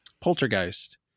Poltergeist